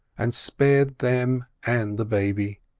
and spared them and the baby.